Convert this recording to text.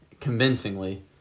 convincingly